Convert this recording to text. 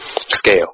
scale